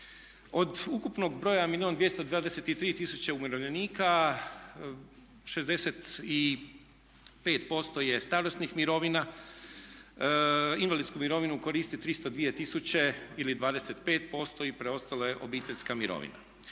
Od ukupnog broja milijuna i 223 tisuće umirovljenika 65% je starosnih mirovina, invalidsku mirovinu koristi 302 tisuće ili 25% i preostalo je obiteljska mirovina.